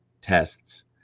tests